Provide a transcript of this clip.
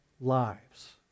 lives